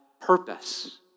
purpose